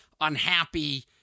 unhappy